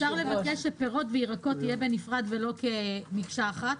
אפשר לבקש שהפירות והירקות יהיו בנפרד ולא כמקשה אחת?